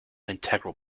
integral